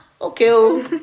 okay